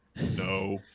No